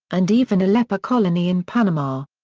and even a leper colony in panama.